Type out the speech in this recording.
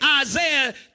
Isaiah